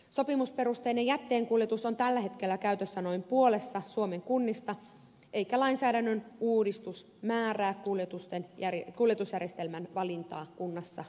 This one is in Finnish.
sopimusperusteinen jätteenkuljetus on tällä hetkellä käytössä noin puolessa suomen kunnista eikä lainsäädännön uudistus määrää kuljetusjärjestelmän valintaa kunnassa jatkossakaan